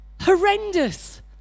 Horrendous